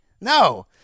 No